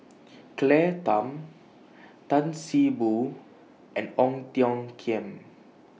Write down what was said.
Claire Tham Tan See Boo and Ong Tiong Khiam